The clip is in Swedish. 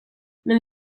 men